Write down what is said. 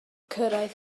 cyrraedd